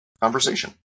conversation